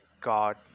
God